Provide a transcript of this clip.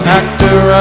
actor